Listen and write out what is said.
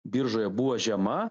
biržoje buvo žema